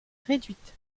réduite